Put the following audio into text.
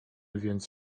więc